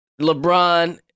LeBron